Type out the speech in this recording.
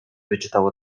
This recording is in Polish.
wyczytał